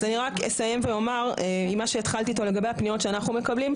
אז אני רק אסיים ואומר עם מה שהתחלתי איתו לגבי הפניות שאנחנו מקבלים,